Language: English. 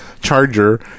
charger